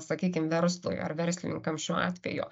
sakykim verslui ar verslininkam šiuo atveju